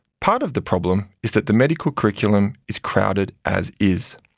part of the problem is that the medical curriculum is crowded as is.